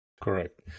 Correct